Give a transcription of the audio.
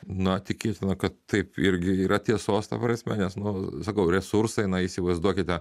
na tikėtina kad taip irgi yra tiesos ta prasme nes nu sakau resursai na įsivaizduokite